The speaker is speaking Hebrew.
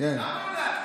למה לא לאט-לאט?